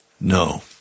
No